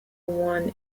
won